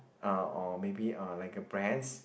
uh or maybe uh like a brands